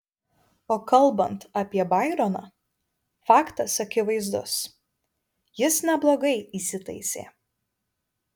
o kalbant apie baironą faktas akivaizdus jis neblogai įsitaisė